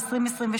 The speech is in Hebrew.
לוועדת הבריאות,